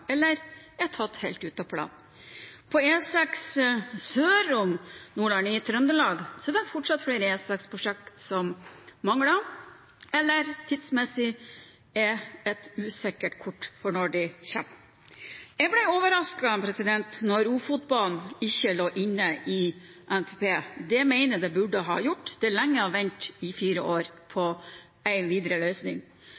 eller er tatt helt ut av planen. På E6 sør om Nordland, i Trøndelag, er det fortsatt flere E6-prosjekter som mangler, eller som det tidsmessig er et usikkert kort for når de kommer. Jeg ble overrasket over at Ofotbanen ikke lå inne i NTP, det mener jeg den burde ha gjort. Det er lenge å vente i fire år på